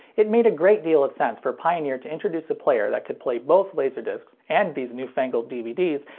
it made a great deal of sense for pioneer to introduce a player that could play both laserdiscs and these newfangled dvds,